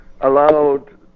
allowed